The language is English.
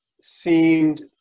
seemed